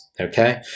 okay